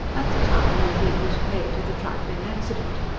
at the time, no heed was paid to the trifling accident.